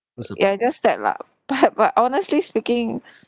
ya just that lah but but honestly speaking